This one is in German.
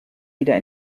wieder